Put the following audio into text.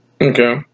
Okay